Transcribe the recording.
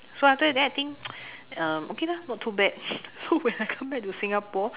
so after that then I think okay lah not too bad so when I come back to Singapore